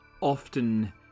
Often